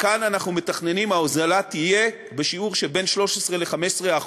כאן אנחנו מתכננים שההוזלה תהיה בשיעור של בין 13% ל-15%.